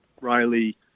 Riley